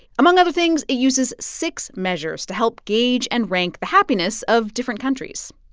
among other things, it uses six measures to help gauge and rank the happiness of different countries.